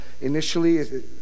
initially